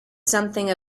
something